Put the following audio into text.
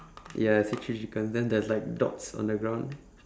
ya I see three chickens then there's like dots on the ground